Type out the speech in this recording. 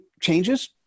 changes